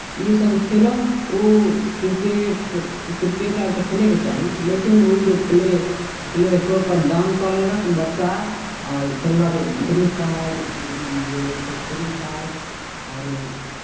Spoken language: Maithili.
इसभ खेलौक ओ क्रिकेट क्रिकेट आर तऽ खेलयके चाही लेकिन ओ जे प्ले प्ले स्टोरपर डाउन कऽ लेलक बच्चा आओर खेललक फ्री फायर ओ जे होइ छै फ्री फायर आओर ओ